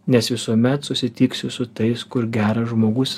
nes visuomet susitiksiu su tais kur geras žmogus